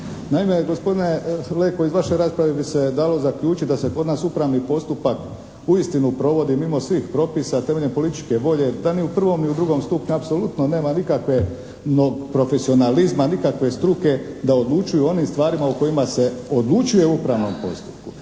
Naime, gospodine Leko iz vaše rasprave bi se dalo zaključiti da se kod nas upravni postupak uistinu provodi mimo svih propisa, temeljem političke volje. Da ni u prvom ni u drugom stupnju apsolutno nema nikakvog profesionalizma, nikakve struke da odlučuju o onim stvarima u kojima se odlučuje u upravnom postupku.